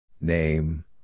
Name